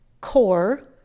core